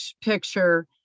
picture